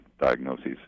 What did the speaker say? diagnoses